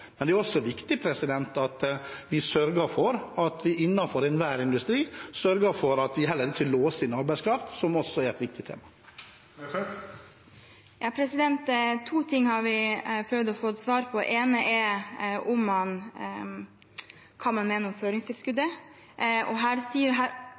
Men det er også viktig innenfor enhver industri at vi sørger for at vi heller ikke låser inne arbeidskraft, noe som også er et viktig tema. Det åpnes for oppfølgingsspørsmål – først Cecilie Myrseth. Det er to ting vi har prøvd å få svar på. Det ene er hva man mener om føringstilskuddet. Her